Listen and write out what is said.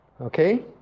Okay